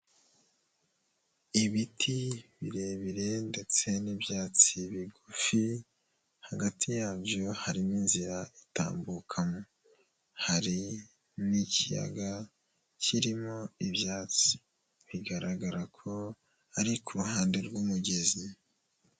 Ibiti birebire ndetse n'ibyatsi bigufi hagati yabyo harimo inzira itambukamo, hari n'ikiyaga kirimo ibyatsi bigaragara ko ari ku ruhande rw'umugezi.